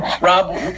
Rob